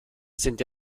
sind